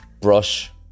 brush